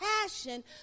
passion